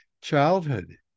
childhood